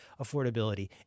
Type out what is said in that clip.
affordability